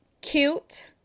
cute